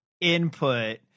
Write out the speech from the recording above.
input